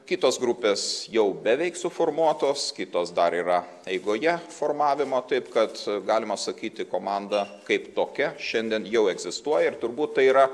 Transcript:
kitos grupės jau beveik suformuotos kitos dar yra eigoje formavimo taip kad galima sakyti komanda kaip tokia šiandien jau egzistuoja ir turbūt tai yra